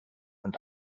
und